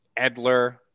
Edler